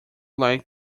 like